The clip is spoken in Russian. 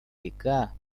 века